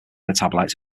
metabolites